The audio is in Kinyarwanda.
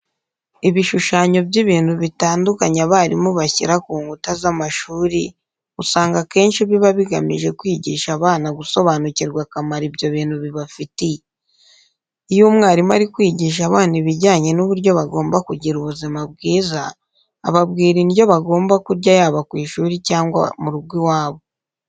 Ibishushanyo by'ibintu bitandukanye abarimu bashyira ku nkuta z'amashuri usanga akenshi biba bigamije kwigisha abana gusobanukirwa akamaro ibyo bintu bibafitiye. Iyo umwarimu ari kwigisha abana ibijyanye n'uburyo bagomba kugira ubuzima bwiza, ababwira indyo bagomba kurya yaba ku ishuri cyangwa mu rugo iwabo.